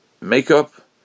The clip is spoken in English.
makeup